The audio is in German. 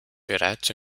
bereits